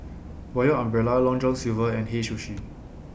Royal Umbrella Long John Silver and Hei Sushi